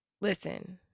Listen